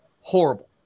horrible